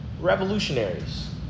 revolutionaries